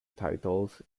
titles